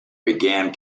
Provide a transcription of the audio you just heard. began